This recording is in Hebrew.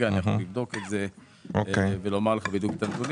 אני אבדוק את זה ואומר לך בדיוק את הנתונים,